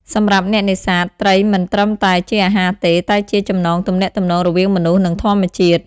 សម្រាប់អ្នកនេសាទ ត្រីមិនត្រឹមតែជាអាហារទេ តែជា ចំណងទំនាក់ទំនង រវាងមនុស្ស និងធម្មជាតិ។